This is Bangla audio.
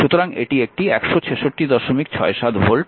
সুতরাং এটি একটি 16667 ভোল্ট